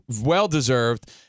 well-deserved